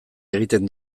egiten